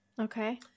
Okay